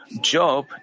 Job